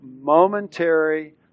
Momentary